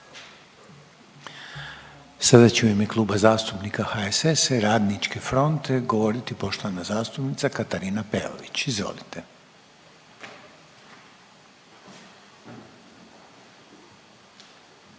Sada će u ime Kluba zastupnika HSS-a i Radničke fronte govoriti poštovana zastupnica Katarina Peović. Izvolite.